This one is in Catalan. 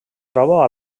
troba